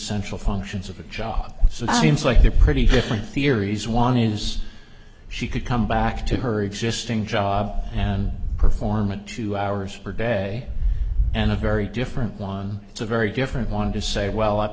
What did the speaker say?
central functions of the job so it seems like they're pretty different theories one is she could come back to her existing job and perform a two hours per day and a very different one it's a very different want to say well